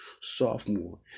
sophomore